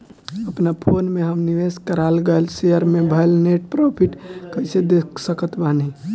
अपना फोन मे हम निवेश कराल गएल शेयर मे भएल नेट प्रॉफ़िट कइसे देख सकत बानी?